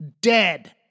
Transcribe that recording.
dead